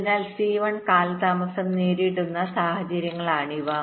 അതിനാൽ സി 1 കാലതാമസം നേരിടുന്ന സാഹചര്യങ്ങളാണിവ